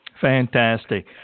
Fantastic